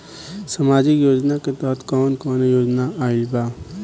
सामाजिक योजना के तहत कवन कवन योजना आइल बा?